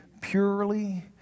purely